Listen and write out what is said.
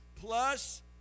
Plus